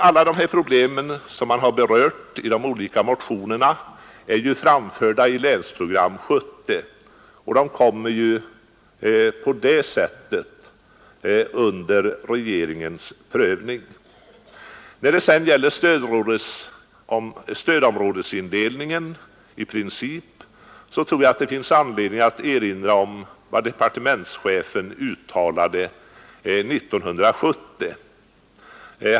Alla de problem som har berörts i de olika motionerna är för övrigt framförda i Länsprogram 1970 och kommer den vägen under regeringens prövning. Beträffande stödområdesindelningen i princip finns det enligt min mening anledning att erinra om vad departementschefen uttalade år 1970.